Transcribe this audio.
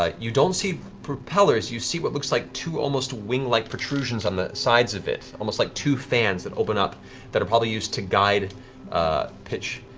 ah you don't see propellers, you see what looks like two almost wing-like protrusions on the sides of it, almost like two fans that open up that are probably used to guide pitch.